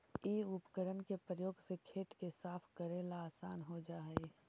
इ उपकरण के प्रयोग से खेत के साफ कऽरेला असान हो जा हई